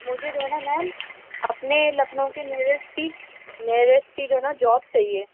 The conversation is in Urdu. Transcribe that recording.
مجھے جو ہے نا میم اپنے لکھنؤ کے نیرسٹ سے نیرسٹ کی مجھے جاب چاہئے